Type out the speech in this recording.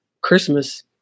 Christmas